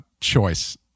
choice